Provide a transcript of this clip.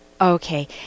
Okay